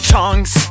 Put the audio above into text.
tongues